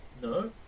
No